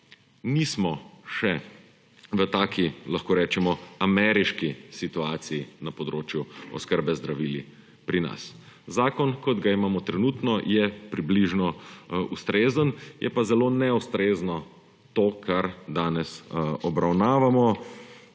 nismo še v taki, lahko rečemo, ameriški situaciji na področju oskrbe z zdravili pri nas. Zakon, kot ga imamo trenutno, je približno ustrezen, je pa zelo neustrezno to, kar danes obravnavamo